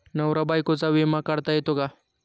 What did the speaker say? नवरा बायकोचा विमा काढता येतो का?